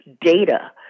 data